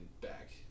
back